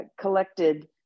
collected